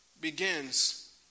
begins